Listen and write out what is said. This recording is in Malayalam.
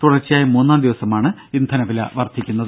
തുടർച്ചയായ മൂന്നാം ദിവസമാണ് ഇന്ധന വില വർധിക്കുന്നത്